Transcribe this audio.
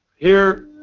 here,